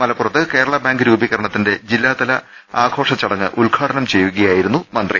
മലപ്പുറത്ത് കേരളബാങ്ക് രൂപീകരണത്തിന്റെ ജില്ലാതല ആഘോഷ ചടങ്ങ് ഉദ്ദ്ഘാടനം ചെയ്യുകയായിരുന്നു മന്ത്രി